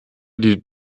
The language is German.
die